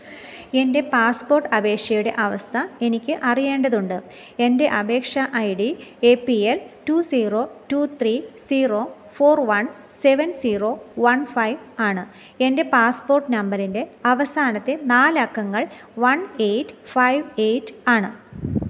എൻ്റെ പാസ്പോർട്ട് അപേക്ഷയുടെ അവസ്ഥ എനിക്ക് അറിയേണ്ടതുണ്ട് എൻ്റെ അപേക്ഷാ I D A P L two zero two three zero four one seven zero one five ആണ് എൻ്റെ പാസ്പോർട്ട് നമ്പറിൻ്റെ അവസാനത്തെ നാലക്കങ്ങൾ വൺ എയ്റ്റ് ഫൈവ് എയ്റ്റ് ആണ്